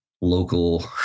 local